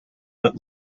but